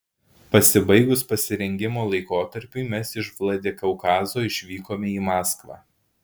pasibaigus pasirengimo laikotarpiui mes iš vladikaukazo išvykome į maskvą